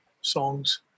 songs